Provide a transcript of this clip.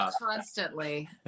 Constantly